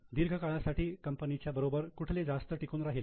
दीर्घ काळासाठी कंपनीच्या बरोबर कुठले जास्त टिकून राहील